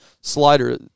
slider